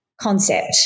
concept